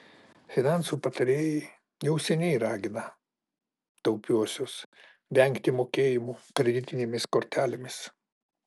finansų patarėjai jau seniai ragina taupiuosius vengti mokėjimų kreditinėmis kortelėmis